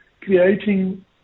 creating